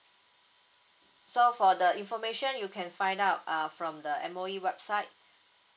so for the information you can find out uh from the M_O_E website